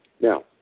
Now